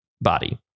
body